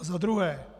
Za druhé.